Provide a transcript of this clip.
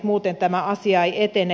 muuten tämä asia ei etene